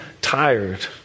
tired